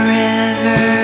river